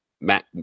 Matt